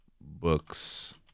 books